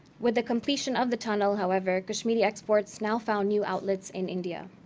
with the completion of the tunnel, however, kashmiri exports now found new outlets in india.